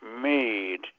made